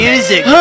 Music